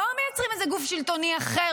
לא מייצרים איזה גוף שלטוני אחר,